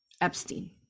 Epstein